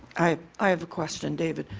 i i have a question, david.